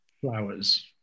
flowers